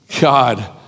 God